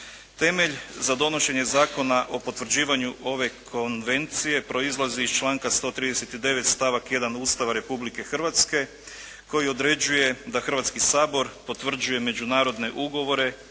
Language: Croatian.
Temelj za donošenje Zakona o potvrđivanju ove Konvencije proizlazi iz članka 139. stavak 1. Ustava Republike Hrvatske koji određuje da Hrvatski sabor potvrđuje međunarodne ugovore